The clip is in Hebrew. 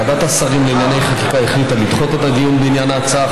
ועדת השרים לענייני חקיקה החליטה לדחות את הדיון בעניין ההצעה,